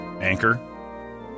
anchor